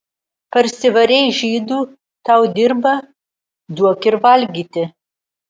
parsivarei žydų tau dirba duok ir valgyti